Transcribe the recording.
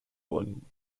worden